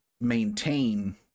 maintain